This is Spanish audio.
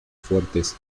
fuertes